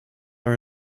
are